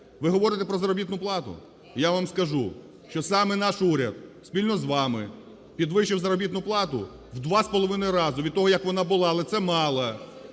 Ви говорите про заробітну плату? Я вам скажу, що саме наш уряд спільно з вами підвищив заробітну плату в 2,5 рази від того, як вона була, але це мало.